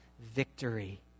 victory